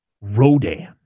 Rodan